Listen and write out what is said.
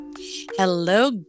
Hello